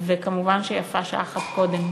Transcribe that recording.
וכמובן שיפה שעה אחת קודם.